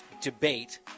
debate